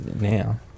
now